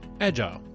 Agile